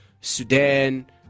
Sudan